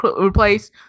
replace